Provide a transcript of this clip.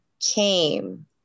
came